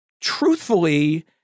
truthfully